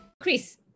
Chris